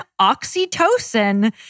oxytocin